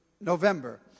November